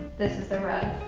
this is the rug,